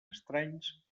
estranys